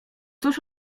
cóż